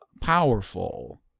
powerful